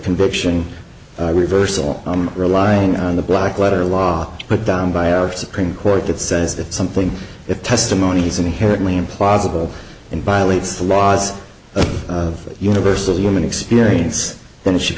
conviction reversal i'm relying on the black letter law but done by our supreme court that says something that testimonies inherently implausible and violates the laws of universal human experience then it should